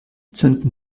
zünden